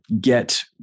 Get